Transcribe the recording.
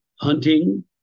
hunting